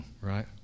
right